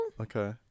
Okay